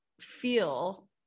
feel